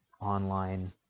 online